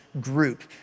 group